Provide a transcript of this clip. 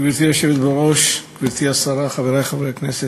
גברתי היושבת בראש, גברתי השרה, חברי חברי הכנסת,